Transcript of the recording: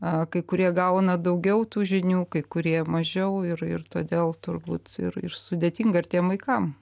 a kai kurie gauna daugiau tų žinių kai kurie mažiau ir ir todėl turbūt ir ir sudėtinga ir tiem vaikam